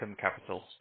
Capital